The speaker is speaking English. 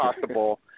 possible